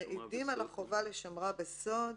מעידים על החובה לשמרה בסוד".